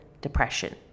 depression